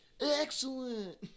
Excellent